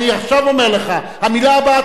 אני עכשיו אומר לך: המלה הבאה,